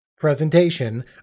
Presentation